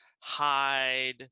hide